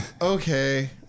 Okay